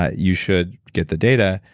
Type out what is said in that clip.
ah you should get the data.